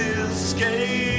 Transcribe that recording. escape